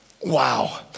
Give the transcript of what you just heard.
wow